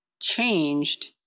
changed